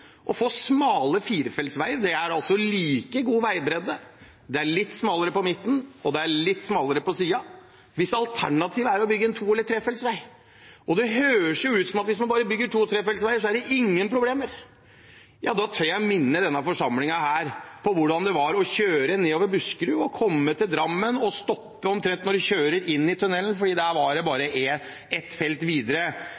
er litt smalere på midten og litt smalere på siden – hvis alternativet er å bygge en to- eller trefeltsvei. Det høres ut som at hvis man bare bygger to- og trefeltsveier, er det ingen problemer. Da tør jeg minne denne forsamlingen om hvordan det var å kjøre nedover i Buskerud, å komme til Drammen og stoppe omtrent når man kjørte inn i tunellen, for der var det bare